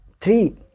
three